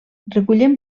recullen